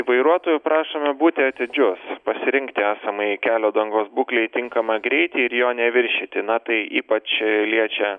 vairuotojų prašome būti atidžius pasirinkti esamai kelio dangos būklei tinkamą greitį ir jo neviršyti na tai ypač liečia